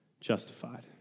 justified